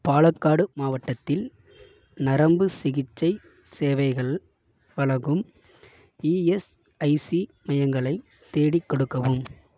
பாலக்காடு மாவட்டத்தில் நரம்புச் சிகிச்சை சேவைகள் வழங்கும் இஎஸ்ஐசி மையங்களைத் தேடிக் கொடுக்கவும்